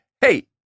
hey